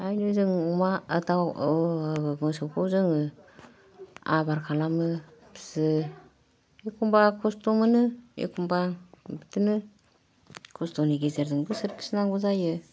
आरो जों अमा दाव मोसौखौ जोङो आबार खालामो फियो एखमबा खस्थ' मोनो एखमबा बिदिनो खस्थ'नि गेजेरजोंबो सोरखिनांगौ जायो